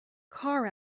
car